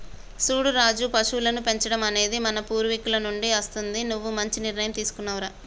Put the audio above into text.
సూడు రాజు పశువులను పెంచడం అనేది మన పూర్వీకుల నుండి అస్తుంది నువ్వు మంచి నిర్ణయం తీసుకున్నావ్ రా